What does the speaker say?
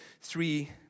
three